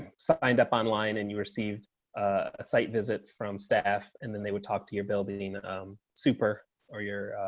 signed up online and you received a site visit from staff and then they would talk to your building super or your,